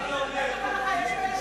שלא תעז לדבר ככה על